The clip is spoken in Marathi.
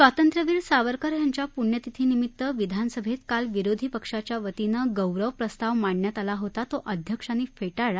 स्वातंत्र्यवीर सावरकर यांच्या पुण्यतिथीनिमित्त विधानसभेत काल विरोधी पक्षाच्यावतीने गौरव प्रस्ताव मांडण्यात आला होता तो अध्यक्षांनी फेटाळला